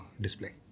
display